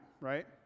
right